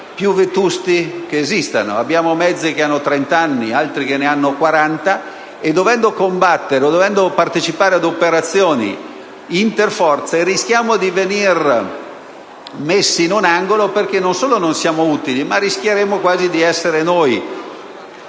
più vetusti che esistano; abbiamo mezzi che hanno trent'anni, altri quaranta, e dovendo combattere, dovendo partecipare ad operazioni interforze, rischiamo di venire messi in un angolo perché non solo non siamo utili, ma rischieremmo quasi di divenire noi